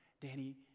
Danny